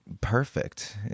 perfect